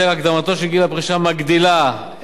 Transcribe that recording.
של הקרנות ב-150 מיליון ש"ח נוספים.